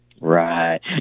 Right